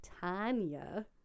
Tanya